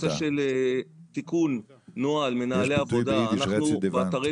הנושא של תיקון נוהל מנהלי עבודה באתרים